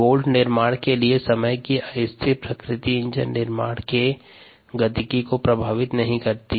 bolt निर्माण के समय की अस्थिर प्रकृति इंजन निर्माण के गतिकी को प्रभावित नहीं करती है